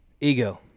ego